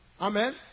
Amen